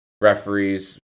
referees